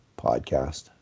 podcast